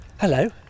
Hello